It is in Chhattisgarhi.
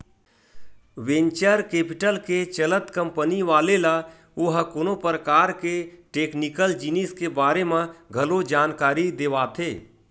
वेंचर कैपिटल के चलत कंपनी वाले ल ओहा कोनो परकार के टेक्निकल जिनिस के बारे म घलो जानकारी देवाथे